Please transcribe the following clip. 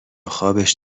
خابش